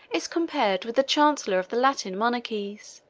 is compared with the chancellor of the latin monarchies.